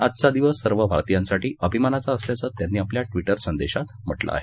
आजचा दिवस सर्व भारतीयांसाठी अभिमानाचा असल्याचं त्यांनी आपल्या ट्विटर संदेशात म्हटलं आहे